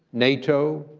nato,